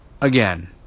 again